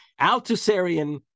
Althusserian